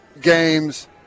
games